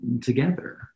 together